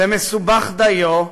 וזה מסובך דיו.